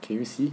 can you see